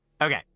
Okay